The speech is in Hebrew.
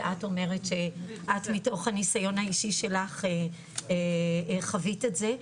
ואת אומרת שאת מתוך הניסיון האישי שלך חווית את זה,